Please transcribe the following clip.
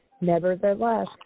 Nevertheless